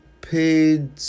paid